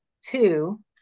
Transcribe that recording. Two